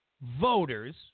voters